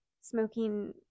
smoking